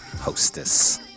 Hostess